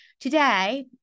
today